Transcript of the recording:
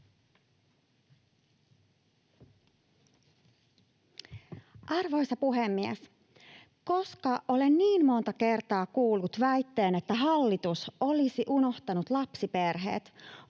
Arvoisa puhemies! Koska olen niin monta kertaa kuullut väitteen, että hallitus olisi unohtanut lapsiperheet,